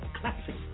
classic